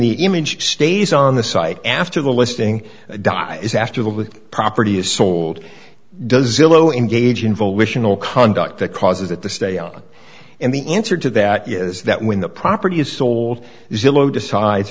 the image stays on the site after the listing di is after the property is sold does zillow engage in volitional conduct that causes it to stay on and the answer to that is that when the property is sold zillow decides